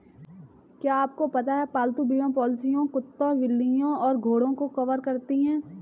क्या आपको पता है पालतू बीमा पॉलिसियां कुत्तों, बिल्लियों और घोड़ों को कवर करती हैं?